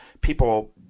people